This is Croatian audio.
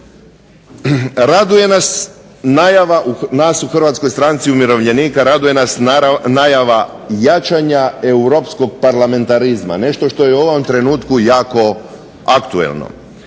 najava, nas u HSU-u, raduje nas najava jačanja europskog parlamentarizma. Nešto što je u ovom trenutku jako aktualno.